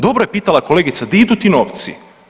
Dobro je pitala kolegica di idu ti novci?